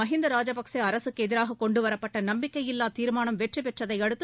மஹிந்தா ராஜபக்சே அரசுக்கு எதிராக கொண்டுவரப்பட்ட நம்பிக்கையில்லா தீர்மானம் வெற்றிபெற்றதை அடுத்து